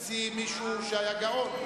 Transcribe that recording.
את האפס המציא מישהו שהיה גאון.